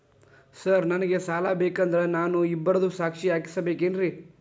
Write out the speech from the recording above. Sir ನನಗೆ ಸಾಲ ಬೇಕಂದ್ರೆ ನಾನು ಇಬ್ಬರದು ಸಾಕ್ಷಿ ಹಾಕಸಬೇಕೇನ್ರಿ?